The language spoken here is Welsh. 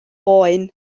boen